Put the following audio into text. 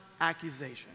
accusation